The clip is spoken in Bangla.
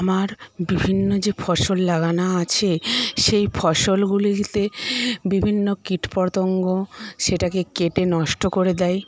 আমার বিভিন্ন যে ফসল লাগানো আছে সেই ফসলগুলিতে বিভিন্ন কীটপতঙ্গ সেটাকে কেটে নষ্ট করে দেয়